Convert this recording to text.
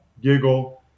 giggle